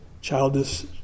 childish